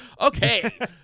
Okay